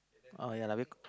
uh oh ya lah